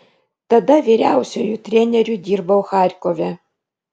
tada vyriausiuoju treneriu dirbau charkove